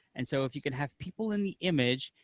and so if you can have people in the image,